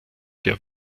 der